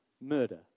murder